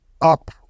up